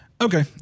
Okay